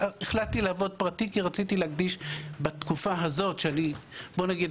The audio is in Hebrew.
החלטתי לעבוד פרטי כי רציתי להקדיש בתקופה הזאת שבוא נגיד,